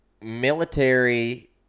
military